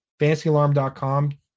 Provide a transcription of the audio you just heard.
fancyalarm.com